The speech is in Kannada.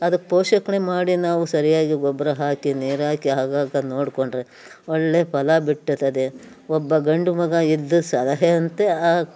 ಅದಕ್ಕೆ ಪೋಷಣೆ ಮಾಡಿ ನಾವು ಸರಿಯಾಗಿ ಗೊಬ್ಬರ ಹಾಕಿ ನೀರಾಕಿ ಆಗಾಗ ನೋಡಿಕೊಂಡ್ರೆ ಒಳ್ಳೆಯ ಫಲ ಬಿಡುತ್ತದೆ ಒಬ್ಬ ಗಂಡು ಮಗ ಇದ್ದ ಸಲಹೆಯಂತೆ ಆ